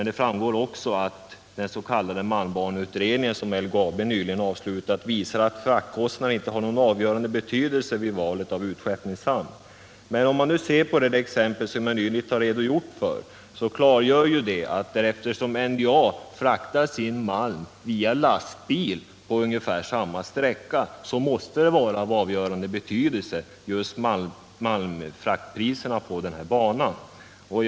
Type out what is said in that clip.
Det framgår också av svaret att den s.k. malmbaneutredningen, som LKAB nyligen avslutat, visar att fraktkostnaderna inte har någon avgörande betydelse vid valet av utskeppningshamn. Men det exempel som jag redovisat klargör ju att eftersom NJA fraktar sin malm via lastbil på ungefär samma sträcka måste just malmfraktpriserna på den här banan vara av avgörande betydelse.